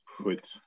put